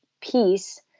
piece